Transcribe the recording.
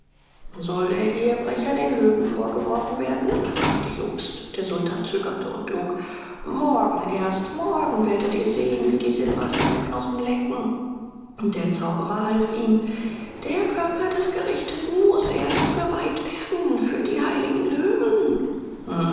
soll der ehebrecher den löwen vorgeworfen werden fragte jobst der sultan zögerte und log morgen erst morgen werdet ihr sehen wie die simbas seine knochen lecken der zauberer half ihm der körper des gerichteten muß erst geweiht werden für die heiligen löwen